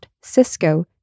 Cisco